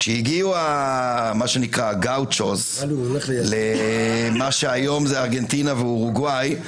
כשהגיעו הגאוצ'וס למה שהיום זה ארגנטינה ואורוגוואי,